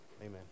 Amen